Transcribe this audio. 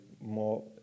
more